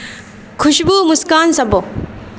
خوشبو مسکان سبو